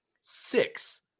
Six